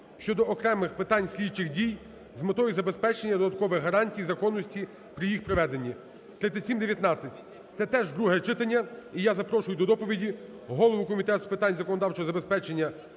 щодо окремих питань слідчих дій з метою забезпечення додаткових гарантій законності при їх проведенні (№3719). Це теж друге читання. І я запрошу до доповіді голову Комітету з питань законодавчого забезпечення